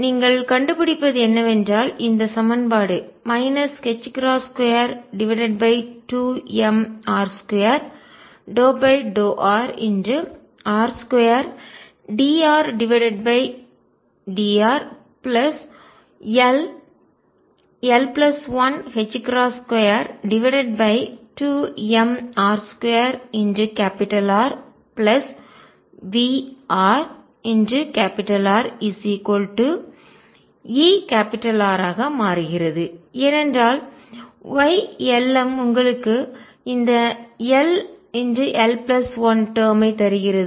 நீங்கள் கண்டுபிடிப்பது என்னவென்றால் இந்த சமன்பாடு 22m1r2∂r r2dRdrll122mr2RVrRER ஆக மாறுகிறது ஏனென்றால் Ylm உங்களுக்கு இந்த ll1 டேர்ம் ஐ தருகிறது